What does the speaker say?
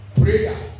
Prayer